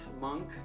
monk